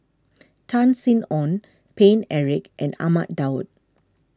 Tan Sin Aun Paine Eric and Ahmad Daud